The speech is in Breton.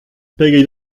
pegeit